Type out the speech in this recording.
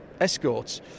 Escorts